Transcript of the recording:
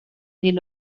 del